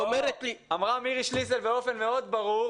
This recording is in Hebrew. אמרה מירי שליסל באופן מאוד ברור,